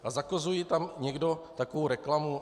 A zakazuje tam někdo takovou reklamu?